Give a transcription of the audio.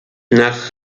nach